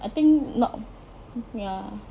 I think not ya